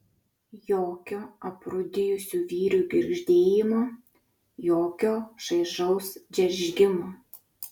jokio aprūdijusių vyrių girgždėjimo jokio šaižaus džeržgimo